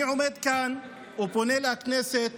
אני עומד כאן ופונה לכנסת